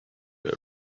were